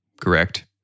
correct